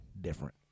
different